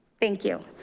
thank you.